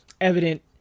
evident